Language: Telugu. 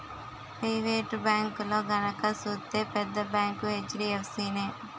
పెయివేటు బేంకుల్లో గనక సూత్తే పెద్ద బేంకు హెచ్.డి.ఎఫ్.సి నే